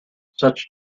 such